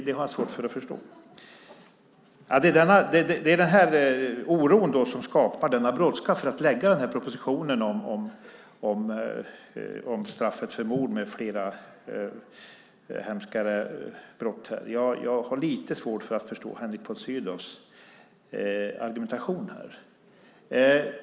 Det har jag svårt att förstå. Det är den här oron som skapar denna brådska för att lägga fram denna proposition om straffet för mord med flera hemska brott. Jag har lite svårt för att förstå Henrik von Sydows argumentation här.